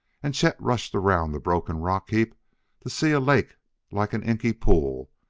and chet rushed around the broken rock-heap to see a lake like an inky pool,